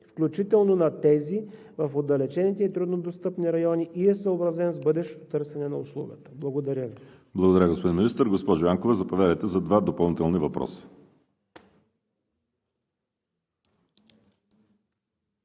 включително на тези в отдалечените и труднодостъпни райони и е съобразен с бъдещото търсене на услугата. Благодаря Ви. ПРЕДСЕДАТЕЛ ВАЛЕРИ СИМЕОНОВ: Благодаря, господин Министър. Госпожо Янкова, заповядайте за два допълнителни въпроса.